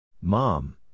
Mom